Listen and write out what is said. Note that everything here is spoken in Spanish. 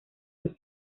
los